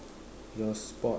your sports